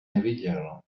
neviděl